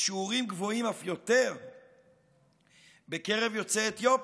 ובשיעורים גבוהים אף יותר בקרב יוצאי אתיופיה,